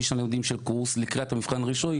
שנה לימודים של קורס לקראת מבחן הרישוי,